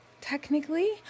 technically